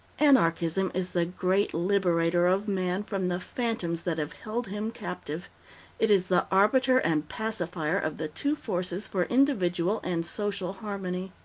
anarchism is the great liberator of man from the phantoms that have held him captive it is the arbiter and pacifier of the two forces for individual and social harmony.